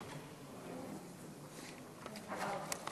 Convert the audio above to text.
תודה.